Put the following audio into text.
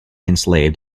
enslaved